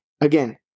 again